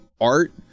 art